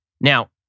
Now